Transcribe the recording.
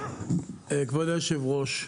כבוד היושב ראש,